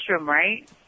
right